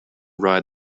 ride